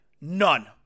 None